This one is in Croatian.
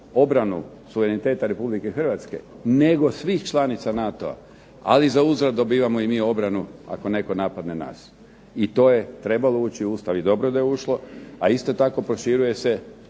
obranu suvereniteta Republike Hrvatske, nego svih članica NATO-a, ali zauzvrat dobivamo i mi obranu ako netko napadne nas. I to je trebalo ući u Ustav i dobro je da je ušlo, a isto tako proširuje se